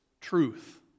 Truth